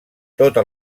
tota